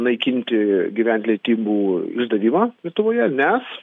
naikinti gyventi liedimų išdavimą lietuvoje nes